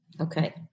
Okay